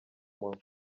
munwa